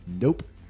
Nope